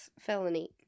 felony